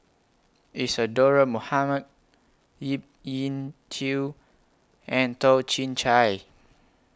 Isadhora Mohamed Yip Yin Xiu and Toh Chin Chye